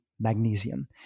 magnesium